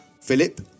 Philip